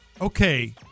okay